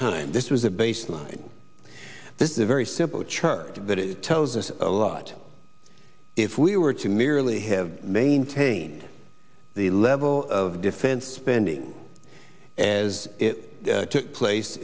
time this is a baseline this is a very simple chart but it tells us a lot if we were to merely have maintained the level of defense spending as it took place